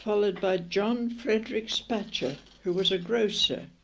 followed by john frederick spatcher, who was a grocer